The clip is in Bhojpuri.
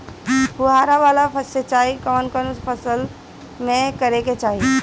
फुहारा वाला सिंचाई कवन कवन फसल में करके चाही?